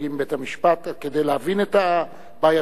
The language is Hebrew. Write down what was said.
עם בית-המשפט כדי להבין את הבעייתיות,